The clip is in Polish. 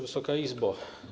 Wysoka Izbo!